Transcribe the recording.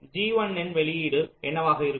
G1 இன் வெளியீடு என்னவாக இருக்கும்